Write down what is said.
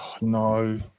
no